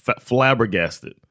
flabbergasted